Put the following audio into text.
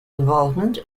involvement